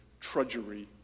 trudgery